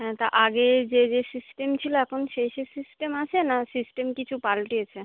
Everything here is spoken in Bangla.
হ্যাঁ তা আগে যে যে সিস্টেম ছিলো এখন সেই সেই সিস্টেম আছে না সিস্টেম কিছু পালটিয়েছে